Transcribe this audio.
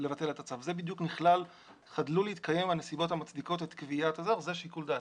זה נכלל בחדלו להתקיים הנסיבות המצדיקות את קביעת זה שיקול הדעת,